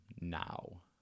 now